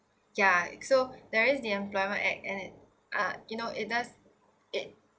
ya it so there is the employer act and it uh you know it does it